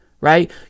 right